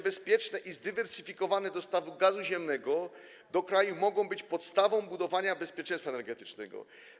Bezpieczne i zdywersyfikowane dostawy gazu ziemnego do kraju mogą być podstawą budowania bezpieczeństwa energetycznego.